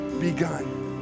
begun